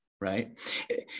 right